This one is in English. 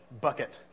bucket